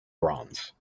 bronze